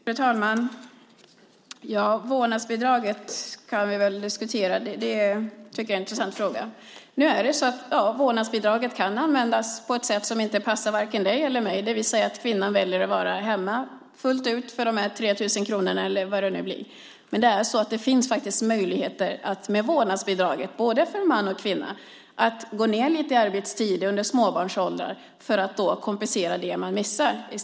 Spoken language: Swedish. Fru talman! Vårdnadsbidraget kan vi diskutera. Det är en intressant fråga. Vårdnadsbidraget kan användas på ett sätt som passar varken dig eller mig, det vill säga att kvinnan väljer att vara hemma fullt ut för dessa 3 000 kronor eller vad det nu blir. Men både män och kvinnor kan faktiskt gå ned lite i arbetstid under småbarnsåren och med vårdnadsbidraget kompensera det de missar.